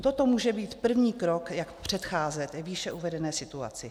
Toto může být první krok, jak předcházet výše uvedené situaci.